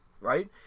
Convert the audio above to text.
right